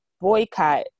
boycott